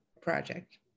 project